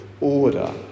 order